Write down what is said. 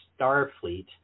Starfleet